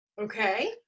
Okay